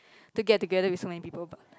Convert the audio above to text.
to get together with so many people but